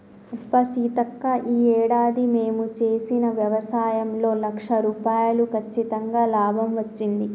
అబ్బా సీతక్క ఈ ఏడాది మేము చేసిన వ్యవసాయంలో లక్ష రూపాయలు కచ్చితంగా లాభం వచ్చింది